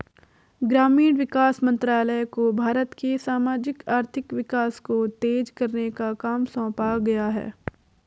ग्रामीण विकास मंत्रालय को भारत के सामाजिक आर्थिक विकास को तेज करने का काम सौंपा गया है